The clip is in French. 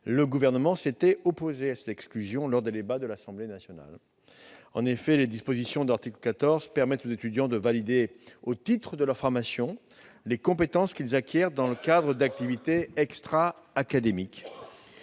Le Gouvernement s'était opposé à une telle exclusion lors des débats qui se sont déroulés à l'Assemblée nationale. En effet, les dispositions de l'article 14 permettent aux étudiants de valider, au titre de leur formation, les compétences qu'ils acquièrent dans le cadre d'activités extra-académiques.